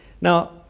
Now